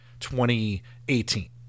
2018